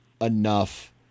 enough